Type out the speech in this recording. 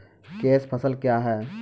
Cash फसल क्या हैं?